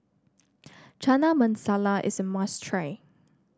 Chana Masala is a must try